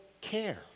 care